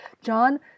John